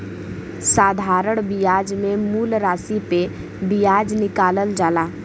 साधारण बियाज मे मूल रासी पे बियाज निकालल जाला